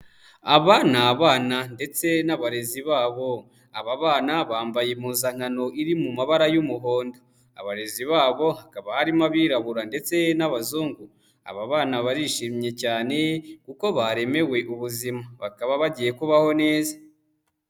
Aba ni abana ndetse n'abarezi babo, aba bana bambaye impuzankano iri mu mabara y'umuhondo, abarezi babo hakaba harimo abirabura ndetse n'abazungu, aba bana barishimye cyane kuko baremewe ubuzima, bakaba bagiye kubaho neza.